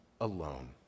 alone